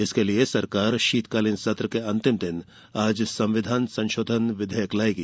इसके लिए शीतकालीन सत्र के अंतिम दिन आज संविधान संशोधन विधेयक लायेगी